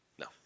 No